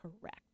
Correct